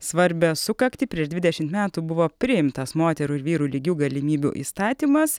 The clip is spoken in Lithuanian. svarbią sukaktį prieš dvidešimt metų buvo priimtas moterų ir vyrų lygių galimybių įstatymas